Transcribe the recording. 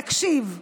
תקשיב.